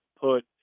put